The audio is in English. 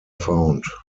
found